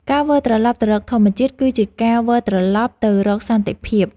ការវិលត្រឡប់ទៅរកធម្មជាតិ គឺជាការវិលត្រឡប់ទៅរកសន្តិភាព។